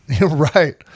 Right